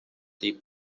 tej